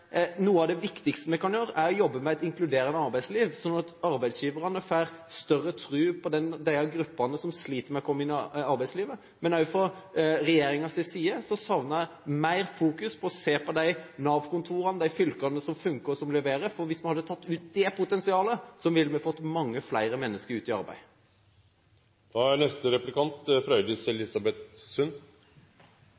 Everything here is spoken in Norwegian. noe av det viktigste vi kan gjøre, er å jobbe med et inkluderende arbeidsliv, slik at arbeidsgiverne får større tro på de gruppene som sliter med å komme inn i arbeidslivet. Men jeg savner også mer fokus fra regjeringens side på å se på de Nav-kontorene og de fylkene som funker, og som leverer, for hvis vi hadde tatt ut det potensialet, ville vi fått mange flere mennesker ut i arbeid. Kristelig Folkeparti ser ut til å nærme seg Høyre i arbeidslivspolitikken, hvis det er